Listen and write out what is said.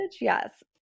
yes